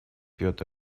петр